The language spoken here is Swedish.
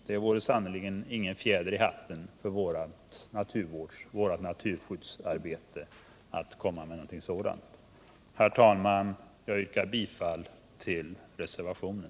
Det vore sannerligen ingen fjäder i hatten för vårt naturskyddsarbete att komma med något sådant. Herr talman! Jag yrkar bifall till reservationen.